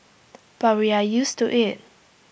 but we are used to IT